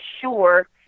sure